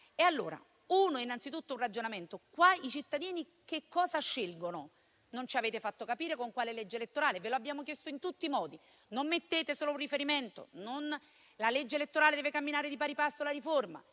Allora, innanzitutto va fatto un ragionamento: i cittadini qua cosa scelgono? Non ci avete fatto capire con quale legge elettorale; ve lo abbiamo chiesto in tutti i modi: non mettete solo un riferimento, la legge elettorale deve camminare di pari passo con la riforma.